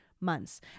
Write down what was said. months